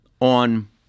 on